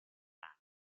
anni